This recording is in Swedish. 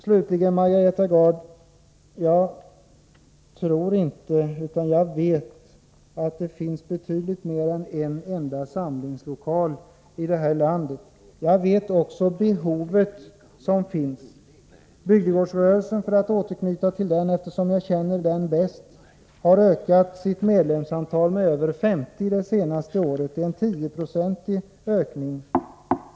Slutligen, Margareta Gard: Det är inte så att jag tror, utan jag vet, att det finns betydligt mer än en enda samlingslokal i det här landet. Jag känner också till det behov som finns. Bygdegårdsrörelsen — för att återknyta till den, när jag nu känner den bäst — har ökat sitt medlemsantal med över 50 det senaste året. Det är en 10-procentig ökning.